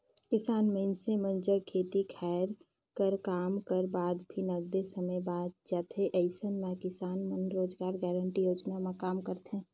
किसान मइनसे मन जग खेती खायर कर काम कर बाद भी नगदे समे बाएच जाथे अइसन म किसान मन ह रोजगार गांरटी योजना म काम करथे